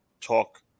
talk